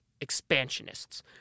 expansionists